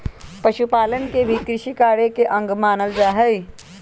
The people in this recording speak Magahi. पशुपालन के भी कृषिकार्य के अंग मानल जा हई